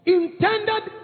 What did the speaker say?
intended